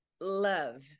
love